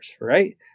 right